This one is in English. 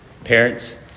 Parents